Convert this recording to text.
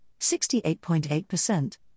68.8%